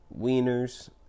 wieners